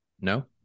No